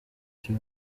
icyo